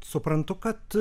suprantu kad